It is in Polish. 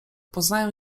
poznają